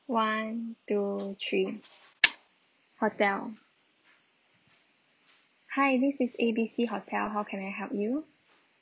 one two three hotel hi this is A_B_C hotel how can I help you